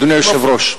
אדוני היושב-ראש,